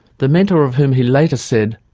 the mentor of whom he later said,